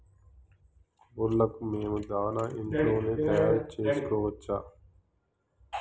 కోళ్లకు మేము దాణా ఇంట్లోనే తయారు చేసుకోవచ్చా?